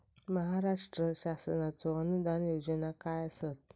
महाराष्ट्र शासनाचो अनुदान योजना काय आसत?